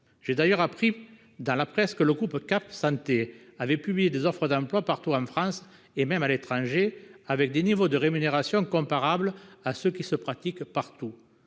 J'ai d'ailleurs appris dans la presse que le groupe Cap Santé avait publié des offres d'emploi partout en France, et même à l'étranger, avec des niveaux de rémunération comparables à ceux qui se pratiquent partout.